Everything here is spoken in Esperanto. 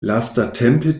lastatempe